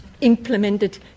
implemented